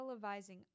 televising